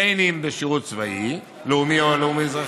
בין אם בשירות צבאי, לאומי או לאומי-אזרחי.